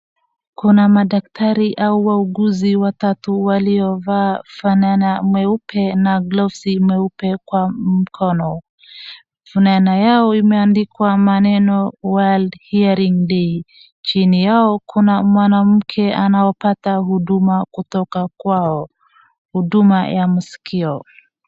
Kuna madaktari au wauguzi watatu waliyovaa fanana mweupe na glosi mweupe kwa mkono. Fanana yao imeandikwa maneno World Hearing Day. Chini yao kuna mwanamke anaopata huduma kutoka kwao. Huduma ya masikio.